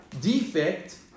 defect